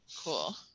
Cool